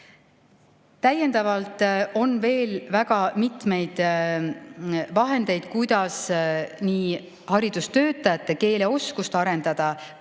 Täiendavalt on veel väga mitmeid vahendeid, kuidas nii haridustöötajate keeleoskust kui